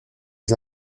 des